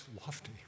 lofty